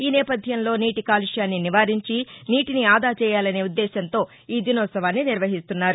ఈ నేపథ్యంలో నీటి కాలుష్యాన్ని నివారించి నీటిని ఆదా చేయాలనే ఉద్దేశంతో ఈ దినోత్సవాన్ని నిర్వహిస్తున్నారు